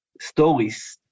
stories